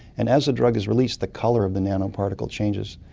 and as the drug is released the colour of the nanoparticle changes.